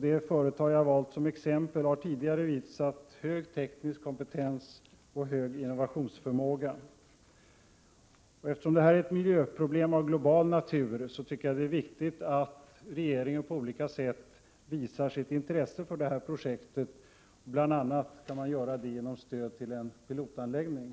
Det företag som jag har valt som exempel har tidigare visat hög teknisk kompetens och hög innovationsförmåga. Eftersom det handlar om ett miljöproblem av global natur tycker jag det är viktigt att regeringen på olika sätt visar sitt intresse för det aktuella projektet. Bl. a. kan man göra det genom stöd till en pilotanläggning.